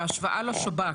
בהשוואה לשב"כ,